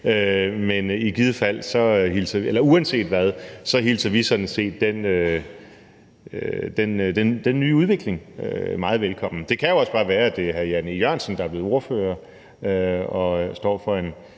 men uanset hvad hilser vi sådan set den nye udvikling meget velkommen. Det kan jo også bare være, at det er, fordi hr. Jan E. Jørgensen er blevet ordfører og står for en